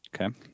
Okay